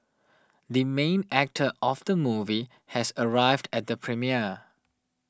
the main actor of the movie has arrived at the premiere